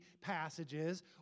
passages